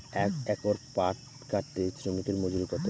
এক একর পাট কাটতে শ্রমিকের মজুরি কত?